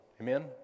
Amen